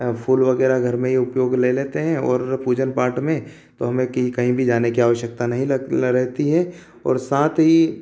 फ़ूल वगैरह घर में ही उपयोग ले लेते हैं और पूजन पाठ में तो हमें कि कहीं भी जाने की आवश्कता नहीं लग रहती है और साथ ही